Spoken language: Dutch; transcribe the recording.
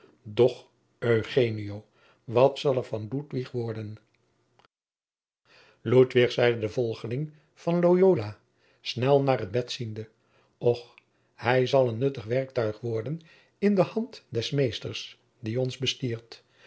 eugenio wat zal er van ludwig worden ludwig zeide de volgeling van lojola snel naar het bed ziende och hij zal een nuttig werktuig worden in de hand des meesters die ons bestiert